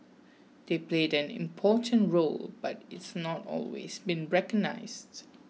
they played an important role but it's not always been recognised